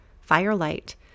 firelight